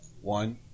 One